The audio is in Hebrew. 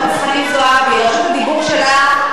יש לי רשות דיבור, למה את לא מכבדת אותי?